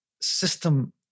system